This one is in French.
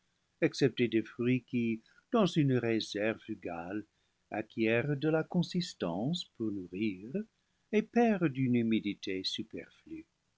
excepté des fruits qui dans une réserve frugale acquièrent de la con sistance pour nourrir et perdent une humidité superflue